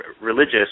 religious